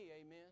amen